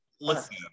Listen